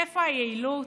איפה היעילות?